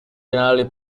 generally